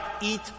eat